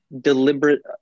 deliberate